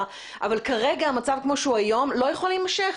אבל כרגע המצב כמו שהוא היום לא יכול להימשך.